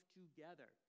together